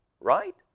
right